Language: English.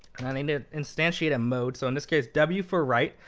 i need to instantiate a mode. so in this case w for write.